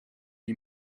die